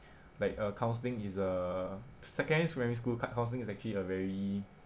like uh counselling is uh secondary primary school counselling is actually a very